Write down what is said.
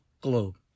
globe